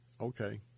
okay